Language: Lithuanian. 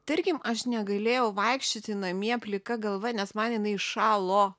tarkim aš negalėjau vaikščioti namie plika galva nes man jinai šalo